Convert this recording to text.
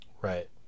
Right